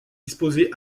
disposé